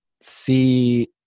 see